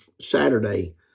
Saturday